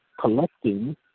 collecting